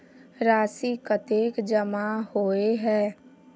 राशि कतेक जमा होय है?